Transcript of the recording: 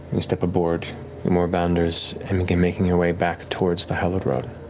you step aboard your moorbounders and begin making your way back towards the hallowed road.